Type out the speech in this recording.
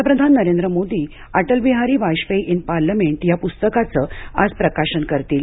पंतप्रधान Modi Atal Bihari Vajpayee in parliament या पुस्तकाचं आज प्रकाशन करतील